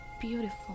beautiful